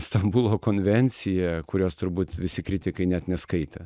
stambulo konvencija kurios turbūt visi kritikai net neskaitė